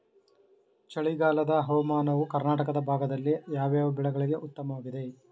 ಚಳಿಗಾಲದ ಹವಾಮಾನವು ಕರ್ನಾಟಕದ ಭಾಗದಲ್ಲಿ ಯಾವ್ಯಾವ ಬೆಳೆಗಳಿಗೆ ಉತ್ತಮವಾಗಿದೆ?